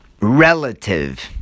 relative